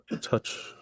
touch